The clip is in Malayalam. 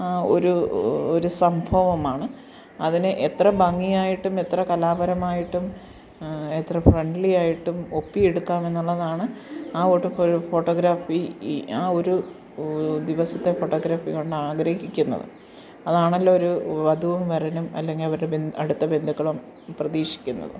ഒരു ഒരു സംഭവമാണ് അതിനെ എത്ര ഭംഗിയായിട്ടും എത്ര കലാപരമായിട്ടും എത്ര ഫ്രണ്ട്ലി ആയിട്ടും ഒപ്പിയെടുക്കാമെന്നുള്ളതാണ് ആ പോലു ഫോട്ടോഗ്രാഫി ഇ ആ ഒരു ദിവസത്തെ ഫോട്ടോഗ്രാഫി കൊണ്ട് ആഗ്രഹിക്കുന്നത് അതാണല്ലോ ഒരു വധുവും വരനും അല്ലെങ്കില് അവരുടെ ബൻ അടുത്ത ബന്ധുക്കളും പ്രതീക്ഷിക്കുന്നത്